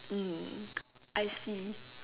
mm I see